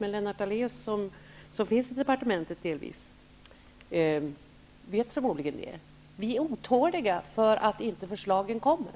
Men Lennart Daléus, som delvis finns i departementet, vet det förmodligen. Vi är otåliga för att inte förslagen kommer.